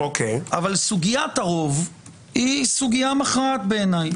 אבל סוגית הרוב היא סוגיה מכרעת בעיניי.